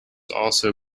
also